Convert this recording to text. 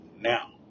Now